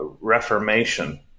reformation